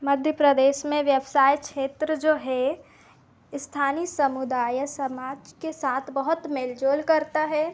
मध्य प्रदेश में व्यवसाय क्षेत्र जो है स्थानीय समुदाय या समाज के साथ बहुत मेल जोल करता है